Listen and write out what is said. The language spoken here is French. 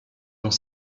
dans